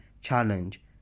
challenge